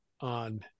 on